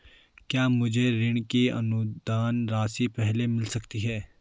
क्या मुझे ऋण की अनुदान राशि पहले मिल सकती है?